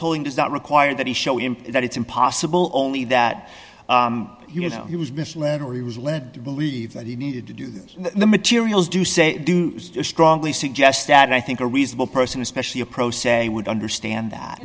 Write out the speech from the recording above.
tolling does not require that he show him that it's impossible only that you know he was misled or he was led to believe that he needed to do this the materials do say strongly suggests that i think a reasonable person especially a pro se would understand that